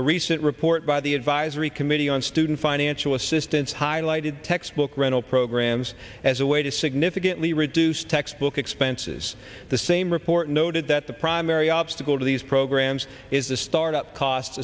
a recent report by the advisory committee on student financial assistance highlighted textbook rental programs as a way to significantly reduce textbook expenses the same report noted that the primary obstacle to these programs is the start up costs